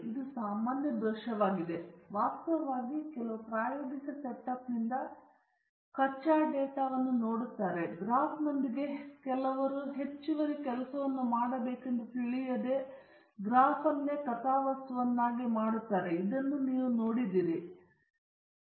ಮತ್ತು ಇದು ಸಾಮಾನ್ಯ ದೋಷವಾಗಿದೆ ವಾಸ್ತವವಾಗಿ ಅವರು ಕೆಲವು ಪ್ರಾಯೋಗಿಕ ಸೆಟಪ್ನಿಂದ ಕಚ್ಚಾ ಡೇಟಾವನ್ನು ನೋಡುತ್ತಾರೆ ಮತ್ತು ಅವರು ಗ್ರಾಫ್ನೊಂದಿಗೆ ಕೆಲವು ಹೆಚ್ಚುವರಿ ಕೆಲಸವನ್ನು ಮಾಡಬೇಕೆಂದು ತಿಳಿದಿಲ್ಲದೆ ಅವರು ಗ್ರಾಫ್ ಅನ್ನು ಕಥಾವಸ್ತುವನ್ನಾಗಿ ಮಾಡುತ್ತಾರೆ ಎಂದು ಅವರು ನಿಮಗೆ ತಿಳಿದಿದ್ದಾರೆ ಎಂದು ಯೋಚಿಸದೆ ವಿದ್ಯಾರ್ಥಿಗಳು ಗ್ರಾಫ್ ಅನ್ನು ಹಾಕಿದರು